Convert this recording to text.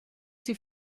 sie